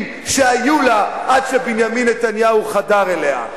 שהיו לה עד שבנימין נתניהו חדר אליה.